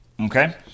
okay